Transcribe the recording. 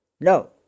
No